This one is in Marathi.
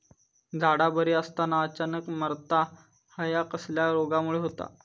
झाडा बरी असताना अचानक मरता हया कसल्या रोगामुळे होता?